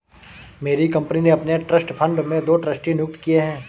मेरी कंपनी ने अपने ट्रस्ट फण्ड में दो ट्रस्टी नियुक्त किये है